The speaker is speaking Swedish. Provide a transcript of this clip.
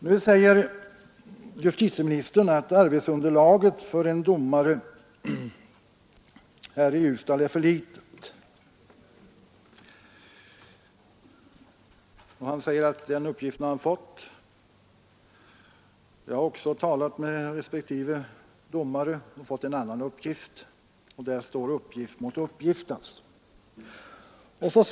Nu säger justitieministern att arbetsunderlaget för en domare är för litet i Ljusdal, enligt uppgift som han har fått. Jag har också talat med vederbörande domare och fått en annan uppgift. Där står alltså uppgift mot uppgift.